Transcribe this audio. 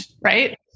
right